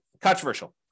controversial